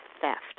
theft